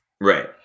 right